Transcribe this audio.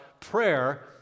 prayer